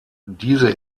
diese